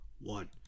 one